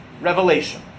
revelation